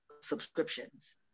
subscriptions